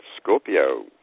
Scorpio